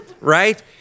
right